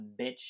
bitch